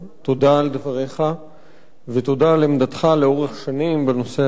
תודה על דבריך ותודה על עמדתך לאורך שנים בנושא הזה.